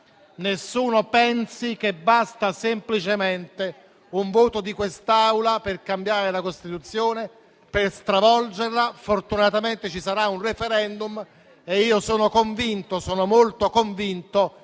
Nessuno pensi che basti semplicemente un voto di quest'Aula per cambiare la Costituzione, per stravolgerla. Fortunatamente ci sarà un *referendum* e sono assolutamente convinto